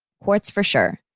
quartz for sure.